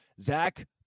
Zach